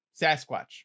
sasquatch